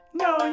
no